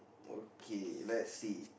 okay let us see